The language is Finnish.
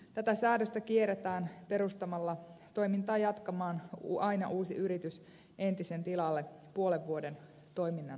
tätä säädöstä kierretään perustamalla toimintaa jatkamaan aina uusi yritys entisen tilalle puolen vuoden toiminnan jälkeen